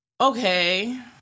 okay